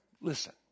listen